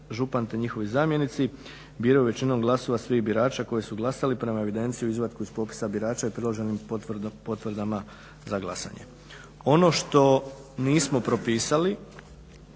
župan te njihovi zamjenici biraju većinom glasova svih birača koji su glasali prema evidenciji u izvatku iz popisa birača i i priloženim potvrdama za glasanje. Ono što nismo propisali